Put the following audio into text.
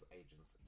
agents